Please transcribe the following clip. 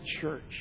church